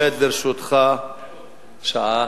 עומדת לרשותך שעה.